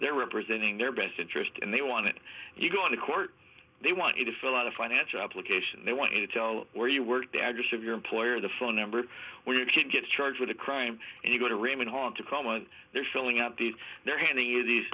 they're representing their best interest and they want you gone to court they want you to fill out a financial application they want to tell where you work the address of your employer the phone number where you can get charged with a crime and you go to raymond hard to come on they're filling out the they're handing you these